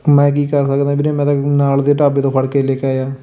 ਮੈਂ ਕੀ ਕਰ ਸਕਦਾ ਵੀਰੇ ਮੈਂ ਤਾਂ ਨਾਲ ਦੇ ਢਾਬੇ ਤੋਂ ਫੜ੍ਹ ਕੇ ਲੈ ਕੇ ਆਇਆ